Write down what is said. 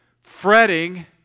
fretting